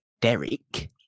Derek